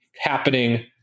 happening